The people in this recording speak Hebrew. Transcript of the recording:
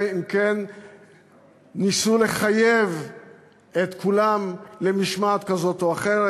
אם כן ניסו לחייב את כולם למשמעת כזאת או אחרת.